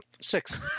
six